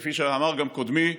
כפי שאמר גם קודמי,